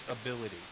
ability